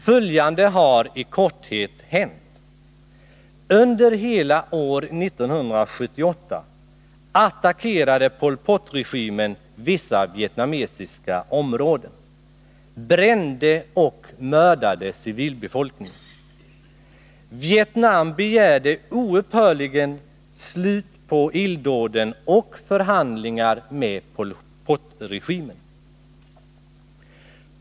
Följande har i korthet hänt: Under hela år 1978 attackerade Pol Pot-regimen vissa vietnamesiska områden, brände och mördade civilbefolkningen. Vietnam begärde oupphörligen slut på illdåden och förhandlingar med Pol Pot-regimen.